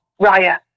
Raya